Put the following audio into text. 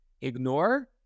ignore